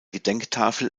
gedenktafel